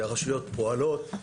הרשויות פועלות.